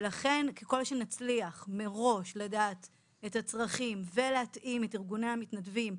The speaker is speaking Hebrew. ולכן ככל שנצליח מראש לדעת את הצרכים ולהתאים את ארגוני המתנדבים,